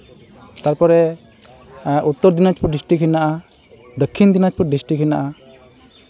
ᱛᱟᱨᱯᱚᱨᱮ ᱩᱛᱛᱚᱨ ᱫᱤᱱᱟᱡᱽᱯᱩᱨ ᱰᱤᱥᱴᱤᱠ ᱢᱮᱱᱟᱜᱼᱟ ᱫᱚᱠᱠᱷᱤᱱ ᱫᱤᱱᱟᱡᱽᱯᱩᱨ ᱰᱤᱥᱴᱤᱠ ᱢᱮᱱᱟᱜᱼᱟ